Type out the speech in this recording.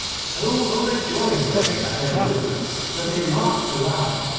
so overjoyed were they at their deliverance that they laughed aloud,